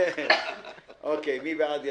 מי בעד?